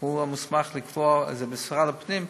הוא המוסמך לקבוע, אם זה משרד הפנים,